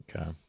Okay